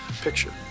picture